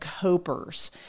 copers